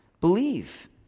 Believe